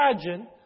imagine